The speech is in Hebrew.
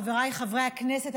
חבריי חברי הכנסת,